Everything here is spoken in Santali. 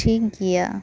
ᱴᱷᱤᱠ ᱜᱮᱭᱟ